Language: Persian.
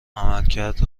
عملکرد